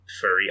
furry